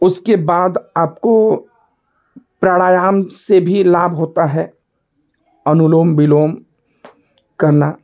उसके बाद आपको प्राणायाम से भी लाभ होता है अनुलोम विलोम करना